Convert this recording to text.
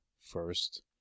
first